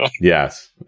Yes